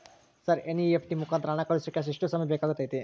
Sir NEFT ಮುಖಾಂತರ ಹಣ ಕಳಿಸೋಕೆ ಎಷ್ಟು ಸಮಯ ಬೇಕಾಗುತೈತಿ?